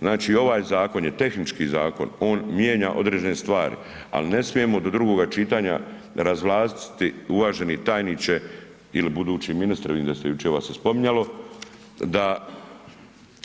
Znači, ovaj zakon je tehnički zakon, on mijenja određene stvari ali ne smijemo do drugoga čitanja razvlastiti uvaženi tajniče ili budući ministre vidim da se jučer vas se spominjalo da,